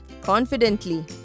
confidently